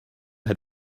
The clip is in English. had